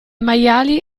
maiali